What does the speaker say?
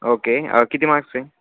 okay किती marks आहे